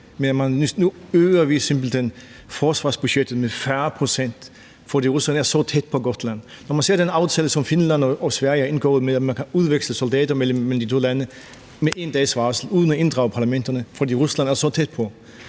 de nu simpelt hen øger forsvarsbudgettet med 40 pct., fordi Rusland er så tæt på Gotland, og når man ser den aftale, som Finland og Sverige har indgået, om, at man kan udveksle soldater mellem de to lande med 1 dags varsel uden at inddrage parlamenterne, fordi Rusland er så tæt på,